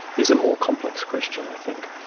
is a more complex question i think,